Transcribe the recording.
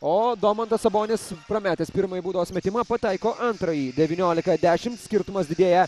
o domantas sabonis prametęs pirmąjį baudos metimą pataiko antrąjį devyniolika dešimt skirtumas didėja